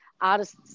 artists